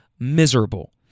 miserable